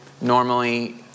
normally